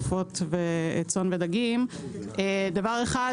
עופות וצאן ודגים ראשית,